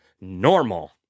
normal